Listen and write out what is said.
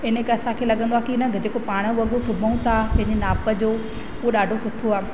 असांखे लॻंदो आहे न जेको पाण वॻो सुबऊं था पंहिंजे नाप जो उहो ॾाढो सुठो आहे